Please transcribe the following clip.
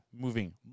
moving